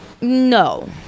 No